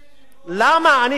80 קיבוצים נבנו על,